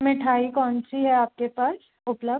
मिठाई कौन सी है आपके पास उपलब्ध